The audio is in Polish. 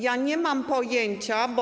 Ja nie mam pojęcia, bo.